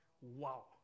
Wow